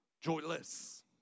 joyless